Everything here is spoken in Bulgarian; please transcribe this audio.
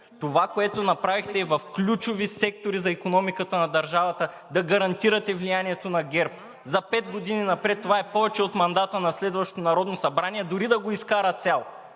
Това, което направихте в ключови сектори за икономиката на държавата, е да гарантирате влиянието на ГЕРБ за пет години напред – това е повече от мандата на следващото Народно събрание, дори да го изкара цял.